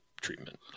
treatment